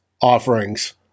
offerings